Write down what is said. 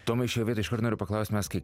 tomai šioj vietoj iškart noriu paklaust mes kai